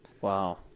Wow